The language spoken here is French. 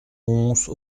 onze